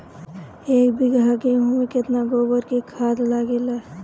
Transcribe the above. एक बीगहा गेहूं में केतना गोबर के खाद लागेला?